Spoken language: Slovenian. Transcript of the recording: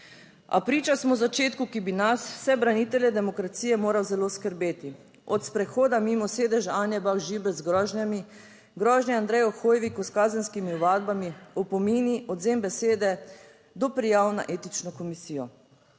A priča smo začetku, ki bi nas, vse branitelje demokracije moral zelo skrbeti. Od sprehoda mimo sedeža Anje Bah Žibert z grožnjami, grožnje Andreju Hoiviku s kazenskimi ovadbami, opomini, odvzem besede, do prijav na etično komisijo.